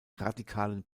radikalen